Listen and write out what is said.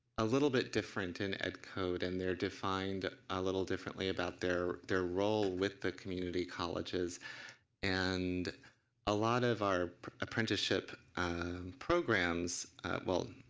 a little bit different in ed code and they're defined a little differently about their role with the community colleges and a lot of our apprenticeship programs well,